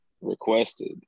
requested